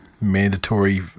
mandatory